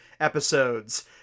episodes